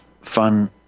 fun